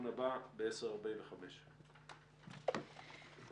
הישיבה ננעלה בשעה 10:35.